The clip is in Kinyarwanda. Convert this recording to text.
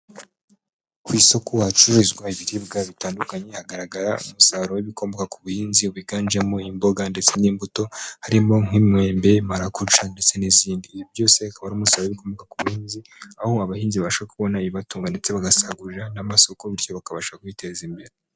Ku isoko hacuruzwa ibiribwa bitandukanye hagaragara umusaruro w'ibikomoka ku buhinzi wiganjemo imboga ndetse n'imbuto. Harimo nk'imyembe ,marakurusha ndetse n'izindi. Ibi byose bikaba ari umusaruro w'ibikomoka ku buhinzi aho abahinzi babasha kubona ibibatunga ndetse bagasagurira n'amasoku bityo bakabasha kwiteza imbere.